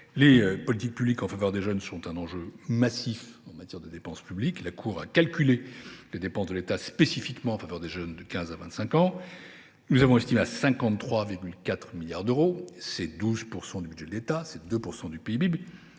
Les politiques publiques en faveur des jeunes sont un enjeu massif en matière de dépenses publiques. La Cour a calculé le montant des dépenses de l’État spécifiquement destinées aux jeunes âgés de 15 à 25 ans : nous les avons estimées à 53,4 milliards d’euros, soit 12 % du budget de l’État et 2 % du PIB